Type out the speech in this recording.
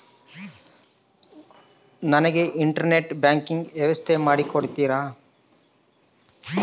ನನಗೆ internet banking ವ್ಯವಸ್ಥೆ ಮಾಡಿ ಕೊಡ್ತೇರಾ?